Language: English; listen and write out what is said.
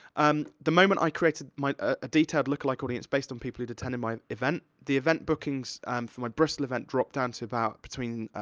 um the moment i created my, a detailed lookalike audience based on people who'd attended my event, the event bookings um for my bristol event dropped down to about between,